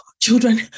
Children